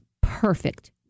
perfect